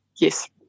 yes